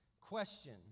Question